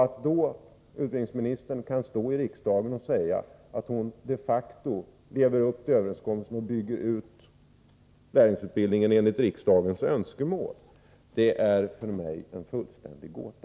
Att utbildningsministern då kan stå i riksdagen och säga att hon de facto lever upp till överenskommelsen och bygger ut lärlingsutbildningen enligt riksdagens önskemål är för mig en fullständig gåta.